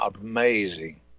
amazing